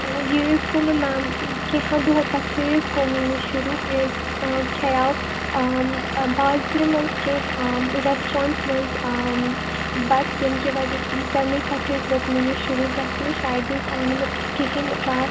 یہِ حظ گوٚو مےٚ میم کیٚنٛہو دُہو پٮ۪ٹھٕے حظ گوٚو مےٚ یہِ شُروع مےٚ حظ کھٮ۪یاو بازرٕ منٛز کیٚنٛہہ ریٚسٹوٗرنٹ منٛز بَتہٕ ییٚمہِ کہِ وجہ سۭتۍ تَنَے پٮ۪ٹھ حظ لوٚگ مےٚ یہِ شُروٗع گَژھنہِ شاید حظ آو نہٕ مےٚ کِہیٖنۍ راتھ